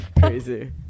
Crazy